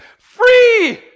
free